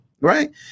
right